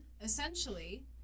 essentially